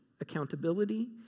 accountability